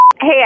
Hey